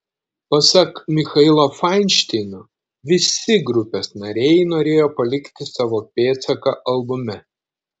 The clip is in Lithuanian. pasak michailo fainšteino visi grupės nariai norėjo palikti savo pėdsaką albume